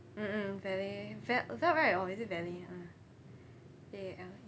mm mm valet val~ val~ right or is it valet mm V_ A_ L_